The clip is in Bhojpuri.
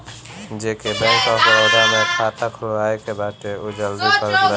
जेके बैंक ऑफ़ बड़ोदा में खाता खुलवाए के बाटे उ जल्दी कर लेवे